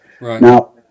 now